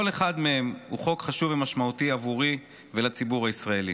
כל אחד מהם הוא חוק חשוב ומשמעותי עבורי ולציבור הישראלי.